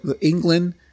England